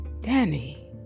Danny